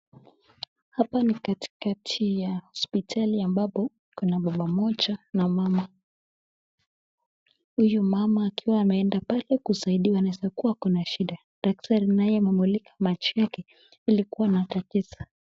Hapa ni katikati ya hospitali ambapo kuna mama mmoja na mama, huyu mama akiwa ameenda pale kusaidiwa anaweza kuwa ako na shida, daktari naye amemulika macho yake ili kuona tatizo.